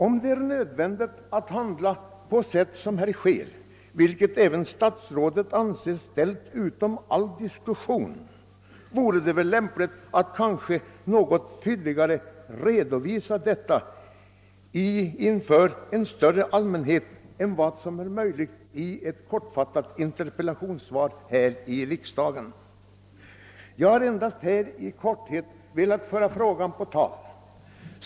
Om det är nödvändigt att handla på sätt som här skett — vilket statsrådet anser ställt utom all diskussion — vore det därför lämpligt att inför en större allmänhet något fylligare redovisa skälen än vad som är möjligt i ett kortfattat interpellationssvar i riksdagen. Jag har endast i korthet velat föra frågan på tal.